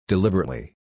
Deliberately